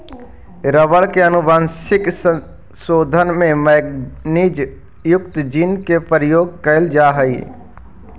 rubber के आनुवंशिक संशोधन में मैगनीज युक्त जीन के प्रयोग कैइल जा हई